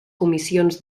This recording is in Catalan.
comissions